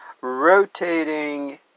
Rotating